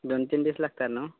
दोन तीन दीस लागता न्हय